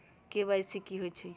KYC कि होई छई?